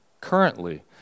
currently